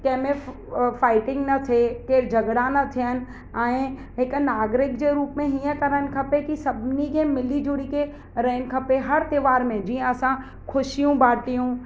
कंहिंमें फाइटिंग न थिए केरु झगड़ा न थियनि ऐं हिकु नागरिक जे रूप में हीअं करणु खपे की सभिनी खे मिली झुली करे रहणु खपे हर त्योहार में जीअं असां ख़ुशियूं बाटियूं